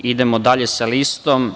Idemo dalje sa listom.